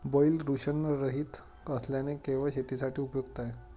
बैल वृषणरहित असल्याने केवळ शेतीसाठी उपयुक्त आहे